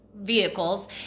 vehicles